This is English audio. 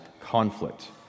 conflict